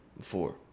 four